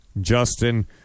Justin